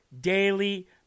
daily